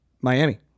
Miami